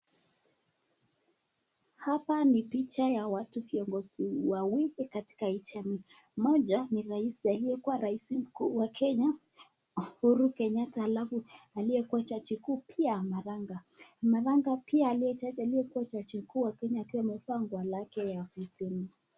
Hawa ni picha ya watu viongozi wawili katika hii jamii, mmoja ni Rais aliyekuwa Rais mkuu wa Kenya Uhuru Kenyata alafu aliyekuwa jaji mkuu Maraga, Maraga aliyekuwa jaji mkuu amevaa nguo yake ya kuhitimu.